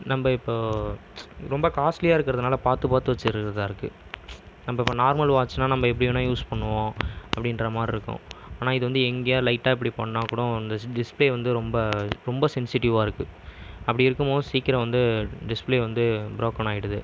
நம்ம இப்போது ரொம்ப காஸ்டலியாக இருக்கிறதுனால பார்த்து பார்த்து வச்சிகிறதா இருக்கு நம்ம இப்போ நார்மல் வாட்ச்னால் நம்ம எப்படி வேணுனாலும் யூஸ் பண்ணுவோம் அப்படின்ற மாதிரி இருக்கும் ஆனால் இது வந்து எங்கேயாவது லைட்டாக இப்படி பண்ணால் கூட டிஸ்பிளே வந்து ரொம்ப ரொம்ப சென்சிட்டிவாக இருக்கு அப்படி இருக்கும் போது சீக்கிரம் வந்து டிஸ்பிளே வந்து ப்ரோக்கன் ஆகிடுது